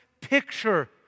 picture